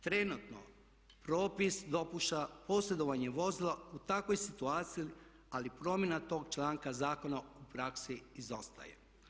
Trenutno propis dopušta posjedovanje vozila u takvoj situaciji, ali promjena tog članka zakona u praksi izostaje.